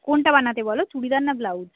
কোনটা বানাতে বলো চুড়িদার না ব্লাউজ